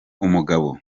umugabo